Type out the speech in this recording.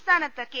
സംസ്ഥാനത്ത് കെ